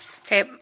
Okay